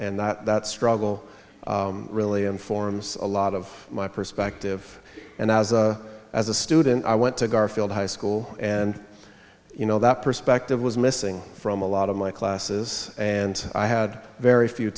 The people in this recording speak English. and that struggle really informs a lot of my perspective and as a as a student i went to garfield high school and you know that perspective was missing from a lot of my classes and i had very few